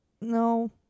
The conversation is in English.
No